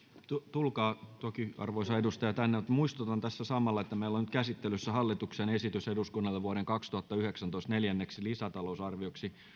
tulkaa toki arvoisa edustaja tänne muistutan tässä samalla että meillä on nyt käsittelyssä hallituksen esitys eduskunnalle vuoden kaksituhattayhdeksäntoista neljänneksi lisätalousarvioksi